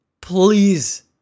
please